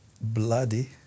bloody